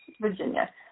Virginia